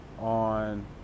on